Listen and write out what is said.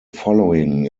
following